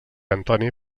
antoni